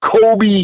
Kobe